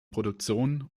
produktion